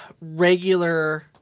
regular